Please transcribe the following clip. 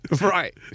Right